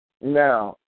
Now